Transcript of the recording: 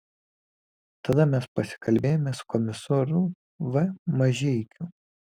tada mes pasikalbėjome su komisaru v mažeikiu